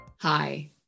Hi